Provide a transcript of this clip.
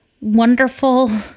wonderful